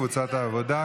קארין אלהרר,